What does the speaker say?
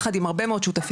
יחד עם הרבה מאוד שותפים,